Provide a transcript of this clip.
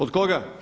Od koga?